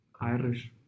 Irish